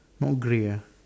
not grey ah